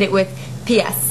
י"א בתמוז התשע"א,